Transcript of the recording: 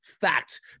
fact